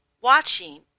watching